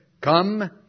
Come